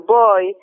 boy